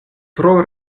tro